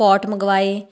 pot ਮੰਗਵਾਏ